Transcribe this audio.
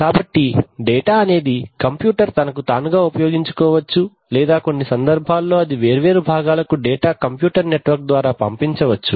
కాబట్టి డేటా అనేది కంప్యూటర్ తనకు తానుగా ఉపయోగించుకోవచ్చు లేదా కొన్ని సందర్భాల్లో అది వేర్వేరు భాగాలకు డేటా కంప్యూటర్ నెట్వర్క్ ద్వారా పంపించవచ్చు